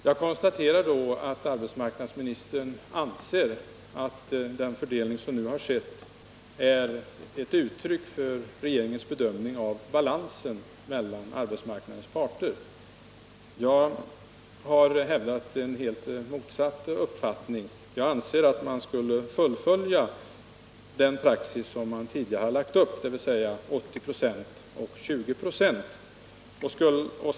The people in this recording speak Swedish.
Herr talman! Jag konstaterar att arbetsmarknadsministern anser att den förde!ning som nu har skett är ett uttryck för regeringens bedömning av balansen mellan arbetsmarknadens parter. Jag har hävdat en rakt motsatt uppfattning. Jag anser att man skulle fullfölja den praxis som man tidigare har tillämpat, dvs. 80 96 resp. 20 96.